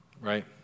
right